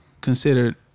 considered